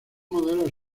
modelos